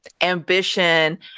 ambition